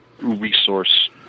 resource